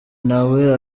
nawe